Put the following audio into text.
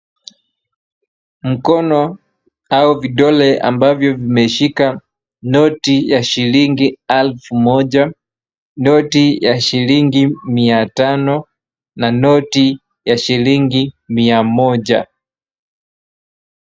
Mkono au vidole ambavyo vimeshika noti ya shilingi elfu moja, noti ya shilingi mia tano, na noti ya shilingi mia moja.